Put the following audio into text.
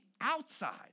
outside